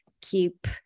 keep